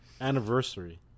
anniversary